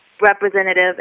representative